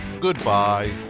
Goodbye